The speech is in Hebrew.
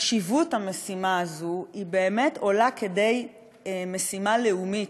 חשיבות המשימה הזאת באמת עולה לכדי משימה לאומית,